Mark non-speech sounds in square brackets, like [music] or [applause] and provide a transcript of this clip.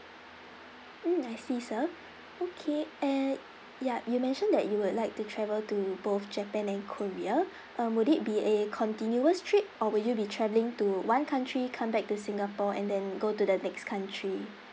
mm I see sir okay err ya you mentioned that you would like to travel to both japan and korea [breath] uh would it be a continuous trip or will you be travelling to one country come back to singapore and then go to the next country